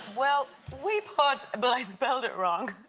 well, we put, but i spelt it wrong,